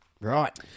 Right